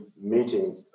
meeting